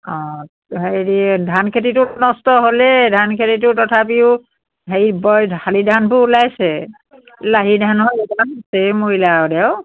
অঁ হেৰি ধান খেতিটো নষ্ট হ'লেই ধান খেতিটো তথাপিও হেৰি বৰ শালি ধানবোৰ ওলাইছে লাহি ধান হয় ধেৰ মৰিলে আৰু দেও